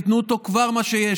תיתנו אותו כבר, את מה שיש.